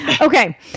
Okay